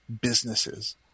businesses